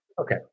Okay